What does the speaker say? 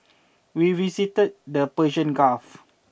we visited the Persian Gulf